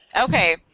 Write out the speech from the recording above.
Okay